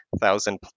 thousand